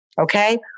Okay